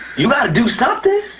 you got to do something.